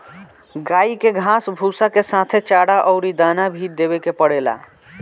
गाई के घास भूसा के साथे चारा अउरी दाना भी देवे के पड़ेला